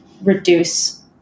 reduce